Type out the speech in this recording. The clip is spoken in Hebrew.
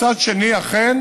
מצד שני, אכן